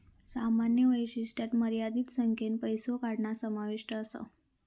सामान्य वैशिष्ट्यांत मर्यादित संख्येन पैसो काढणा समाविष्ट असा